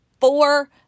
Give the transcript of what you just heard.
four